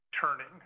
turning